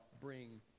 bring